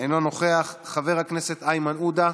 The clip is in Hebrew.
אינו נוכח, חבר הכנסת איימן עודה,